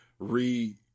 re